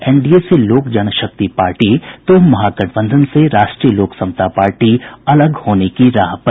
NDA से Lok Jan Shakti party तो महागठबंधन से राष्ट्रीय लोक समता पार्टी अलग होने की राह पर